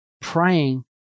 praying